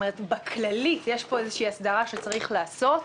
באופן כללי יש פה איזו הסדרה שצריך לעשות,